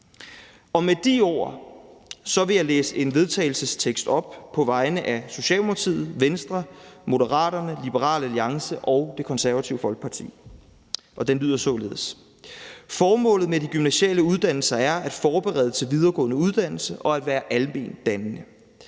Med de ord vil jeg læse en vedtagelsestekst op på vegne af Socialdemokratiet, Venstre, Moderaterne, Liberal Alliance og Det Konservative Folkeparti. Den lyder således: Forslag til vedtagelse »Formålet med de gymnasiale uddannelser er at forberede til videregående uddannelse, herunder at være alment dannende.